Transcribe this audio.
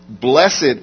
Blessed